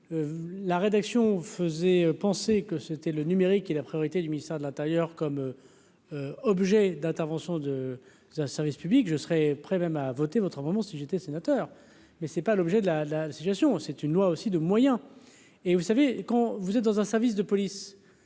la rédaction faisait penser que c'était le numérique et la priorité du ministère de l'Intérieur comme objet d'intervention de c'est un service public, je serai prêt même à voter votre moment si j'étais sénateur mais c'est pas l'objet de la la situation, c'est une loi aussi de moyens, et vous savez qu'on vous êtes dans un service de police